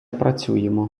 працюємо